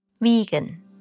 Vegan